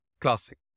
classic